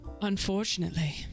Unfortunately